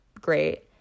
great